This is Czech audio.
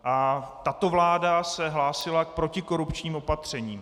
A tato vláda se hlásila k protikorupčním opatřením.